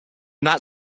that